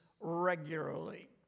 regularly